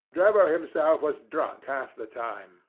drebber himself was drunk half the time,